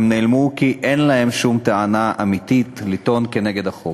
הם נעלמו, כי אין להם שום טענה אמיתית נגד החוק.